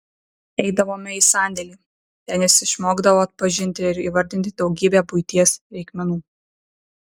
eidavome į sandėlį ten jis išmokdavo atpažinti ir įvardinti daugybę buities reikmenų